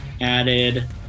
added